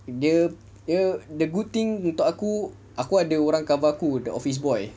dia dia the good thing untuk aku aku ada orang cover aku the office boy